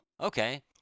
okay